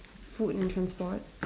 food and transport